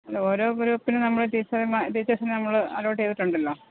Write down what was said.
അല്ല ഓരോ ഗ്രൂപ്പിന് നമ്മൾ ടീച്ചർമാര ടീച്ചേഴ്സിനെ നമ്മൾ അലൗട്ട് ചെയ്തിട്ടുണ്ടല്ലോ